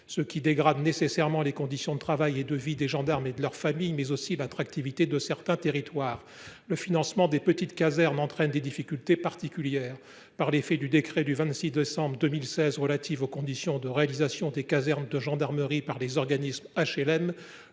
ce qui dégrade nécessairement les conditions de travail et de vie des gendarmes et de leurs familles et met à mal l’attractivité de certains territoires. En outre, le financement des petites casernes soulève des difficultés particulières. Par l’effet du décret du 26 décembre 2016 relatif aux conditions de réalisation des casernes de gendarmerie par les offices